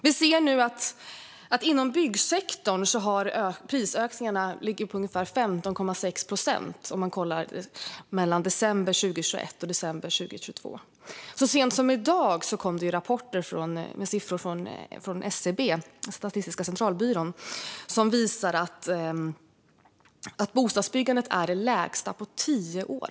Vi ser nu att prisökningarna inom byggsektorn ligger på ungefär 15,6 procent mellan december 2021 och december 2022. Så sent som i dag kom det rapporter med siffror från SCB, Statistiska centralbyrån, som visar att bostadsbyggandet är det lägsta på tio år.